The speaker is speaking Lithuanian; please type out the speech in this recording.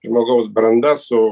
žmogaus branda su